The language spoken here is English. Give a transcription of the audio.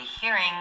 hearing